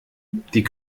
die